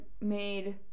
made